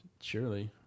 Surely